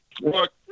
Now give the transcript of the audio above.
Look